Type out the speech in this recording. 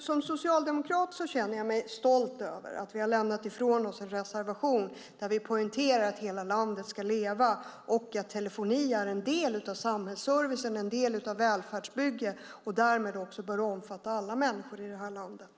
Som socialdemokrat känner jag mig stolt över att vi har lämnat ifrån oss en reservation där vi poängterar att hela landet ska leva och att telefoni är en del av samhällsservicen och en del av välfärdsbygget och därmed också bör omfatta alla människor i det här landet.